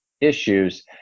issues